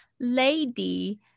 Lady